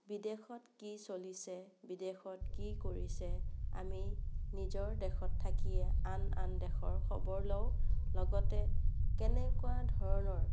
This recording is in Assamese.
বিদেশত কি চলিছে বিদেশত কি কৰিছে আমি নিজৰ দেশত থাকিয়ে আন আন দেশৰ খবৰ লওঁ লগতে কেনেকুৱা ধৰণৰ